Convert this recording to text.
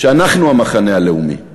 שאנחנו המחנה הלאומי.